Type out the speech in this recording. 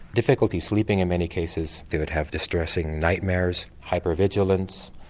difficulty sleeping in many cases, they would have distressing nightmares, hyper vigilance,